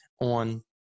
on